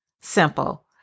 Simple